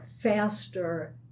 faster